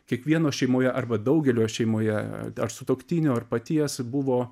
kiekvieno šeimoje arba daugelio šeimoje ar sutuoktinio ar paties buvo